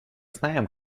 знаем